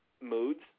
moods